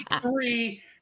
three